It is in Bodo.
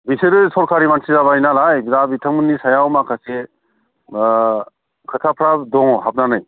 बिसोरो सरखारि मानसि जाबाय नालाय दा बिथांमोनि सायाव माखासे खोथाफ्रा दङ हाबनानै